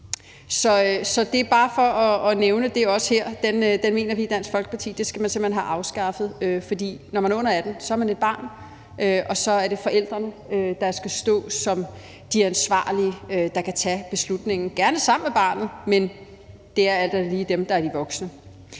Det er bare for at nævne det også her, og der mener vi i Dansk Folkeparti, at det skal man simpelt hen har afskaffet, for når man er under 18 år, er man et barn, og så er det forældrene, der skal stå som de ansvarlige, der kan tage beslutningen, gerne sammen med barnet, men det er alt andet lige dem, der er de voksne.